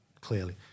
clearly